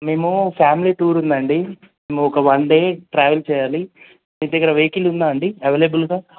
మేము family tour ఉందండి మేము ఒక వన్ డే ట్రావెల్ చేయాలి మీ దగ్గర వెహికల్ ఉందా అండి అవైలబుల్గా